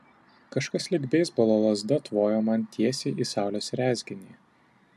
kažkas lyg beisbolo lazda tvojo man tiesiai į saulės rezginį